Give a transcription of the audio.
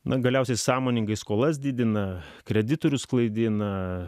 na galiausiai sąmoningai skolas didina kreditorius klaidina